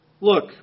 Look